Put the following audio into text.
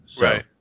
Right